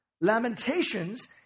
Lamentations